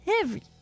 heavy